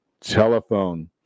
telephone